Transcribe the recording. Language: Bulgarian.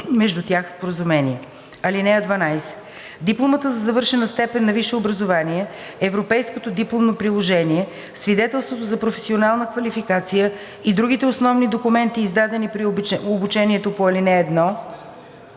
между тях споразумение. (12) Дипломата за завършена степен на висше образование, европейското дипломно приложение, свидетелството за професионална квалификация и другите основни документи, издадени при обучението по ал. 1,